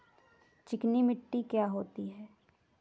चिकनी मिट्टी क्या होती है?